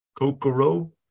Kokoro